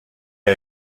are